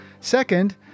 Second